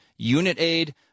UnitAid